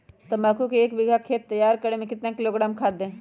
तम्बाकू के एक बीघा खेत तैयार करें मे कितना किलोग्राम खाद दे?